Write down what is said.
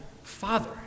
father